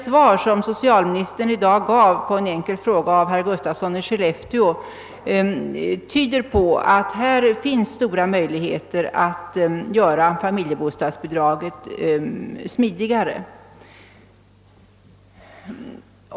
Socialministerns svar på en enkel fråga i dag till herr Gustafsson i Skellefteå tyder också på att det finns stora möjligheter att smidigare tillämpa familjebostadsbidraget.